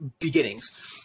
beginnings